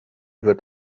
wird